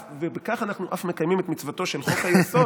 ובכך אנחנו אף מקיימים את מצוותו של חוק-היסוד